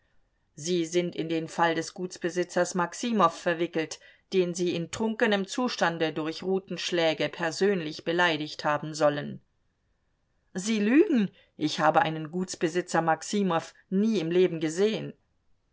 sie sind in den fall des gutsbesitzers maximow verwickelt den sie in trunkenem zustande durch rutenschläge persönlich beleidigt haben sollen sie lügen ich habe einen gutsbesitzer maximow nie im leben gesehen